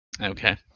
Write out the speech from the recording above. Okay